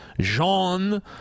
Jean